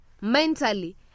Mentally